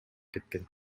кеткен